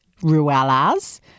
Ruelas